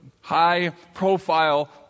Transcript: high-profile